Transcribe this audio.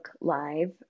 Live